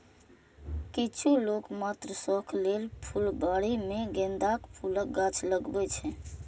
किछु लोक मात्र शौक लेल फुलबाड़ी मे गेंदाक फूलक गाछ लगबै छै